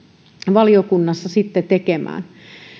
valiokunnassa sitten tekemään